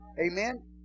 Amen